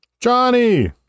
Johnny